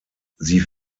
sie